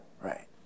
Right